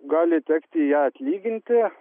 gali tekti ją atlyginti